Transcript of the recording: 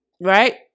right